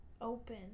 open